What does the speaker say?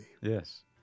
Yes